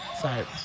Sorry